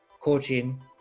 coaching